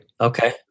Okay